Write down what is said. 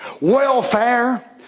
welfare